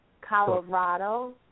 Colorado